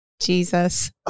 Jesus